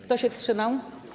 Kto się wstrzymał?